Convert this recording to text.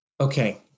Okay